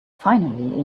finally